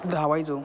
धावायचो